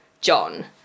John